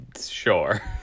Sure